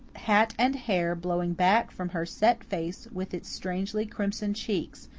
hat and hair blowing back from her set face with its strangely crimson cheeks,